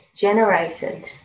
generated